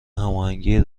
هماهنگی